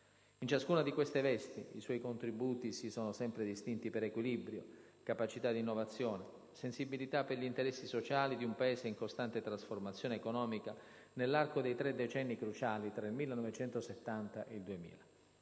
In ciascuna di queste vesti, i suoi contributi si sono sempre distinti per equilibrio, capacità di innovazione, sensibilità per gli interessi sociali di un Paese in costante trasformazione economica nell'arco dei tre decenni cruciali tra il 1970 e il 2000: